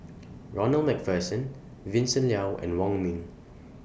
Ronald MacPherson Vincent Leow and Wong Ming